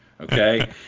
okay